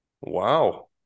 Wow